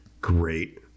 great